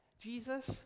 Jesus